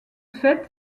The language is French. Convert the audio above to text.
fait